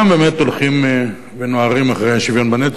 כולם באמת הולכים ונוהרים אחרי השוויון בנטל,